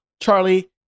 Charlie